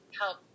help